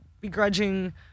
begrudging